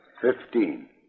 Fifteen